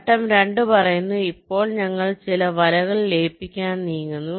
ഘട്ടം 2 പറയുന്നു ഇപ്പോൾ ഞങ്ങൾ ചില വലകൾ ലയിപ്പിക്കാൻ നീങ്ങുന്നു